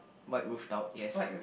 white roof out yes